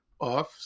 off